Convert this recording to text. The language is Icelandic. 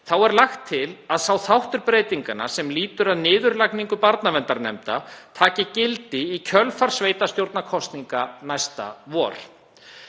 Þá er lagt til að sá þáttur breytinganna sem lýtur að niðurlagningu barnaverndarnefnda taki gildi í kjölfar sveitarstjórnarkosninga næsta vor.